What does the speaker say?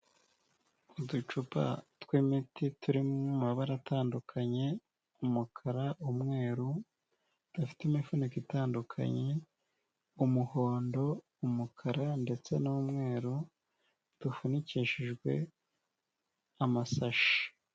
Uducupa tw'imiti turi mu mabara atandukanye; umukara, umweru, dufite imifuniko itandukanye, umuhondo, umukara ndetse n'umweru, dufunikishijwe amasashi.